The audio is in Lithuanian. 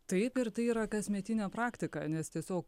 taip ir tai yra kasmetinė praktika nes tiesiog